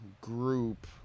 group